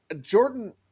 Jordan